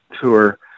tour